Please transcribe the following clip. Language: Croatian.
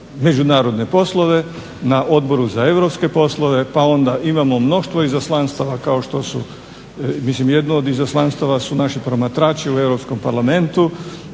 međunarodne poslove, na Odboru za europske poslove, pa onda imamo mnoštvo izaslanstava kao što su, mislim jedno od izaslanstava su naši promatrači u Europskom parlamentu.